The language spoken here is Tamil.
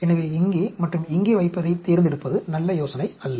எனவே இங்கே மற்றும் இங்கே வைப்பதைத் தேர்ந்தெடுப்பது நல்ல யோசனையல்ல